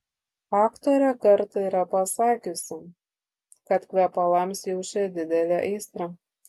aktorė kartą yra pasakiusi kad kvepalams jaučia didelę aistrą